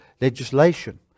legislation